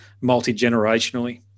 multi-generationally